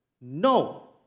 No